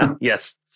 Yes